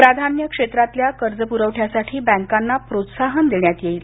प्राधान्य क्षेत्रातल्या कर्जपुरवठ्यासाठी बँकांना प्रोत्साहन देण्यात येईल